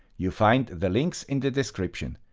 you find the links in the description.